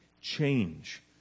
change